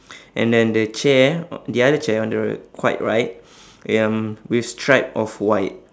and then the chair o~ the other chair on the quite right eh um with stripe of white